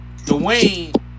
Dwayne